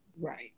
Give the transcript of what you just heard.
right